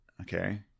okay